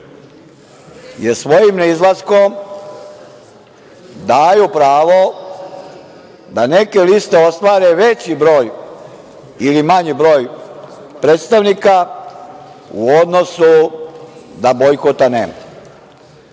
Svojim neizlaskom daju pravo da neke liste ostvare veći ili manji broj predstavnika u odnosu da bojkota